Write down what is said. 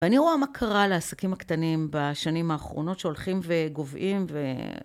ואני רואה מה קרה לעסקים הקטנים בשנים האחרונות שהולכים וגוועים ו...